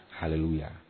Hallelujah